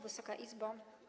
Wysoka Izbo!